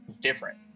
different